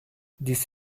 this